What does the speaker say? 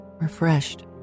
refreshed